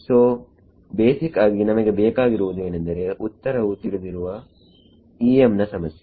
so basic ಆಗಿ ನಮಗೆ ಬೇಕಾಗಿರುವುದು ಏನೆಂದರೆ ಉತ್ತರವು ತಿಳಿದಿರುವ EM ನ ಸಮಸ್ಯೆ